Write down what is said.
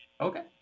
Okay